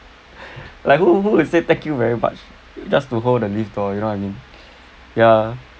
like who who would say thank you very much just to hold the lift door you know what I mean ya